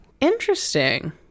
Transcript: interesting